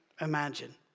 imagine